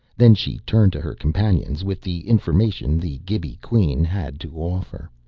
then she turned to her companions with the information the gibi queen had to offer.